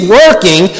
working